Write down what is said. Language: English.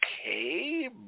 okay